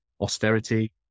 austerity